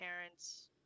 parents